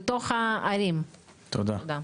תודה.